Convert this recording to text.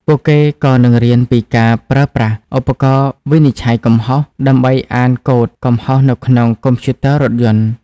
ពួកគេក៏នឹងរៀនពីការប្រើប្រាស់ឧបករណ៍វិនិច្ឆ័យកំហុស ដើម្បីអានកូដកំហុសនៅក្នុងកុំព្យូទ័ររថយន្ត។